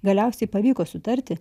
galiausiai pavyko sutarti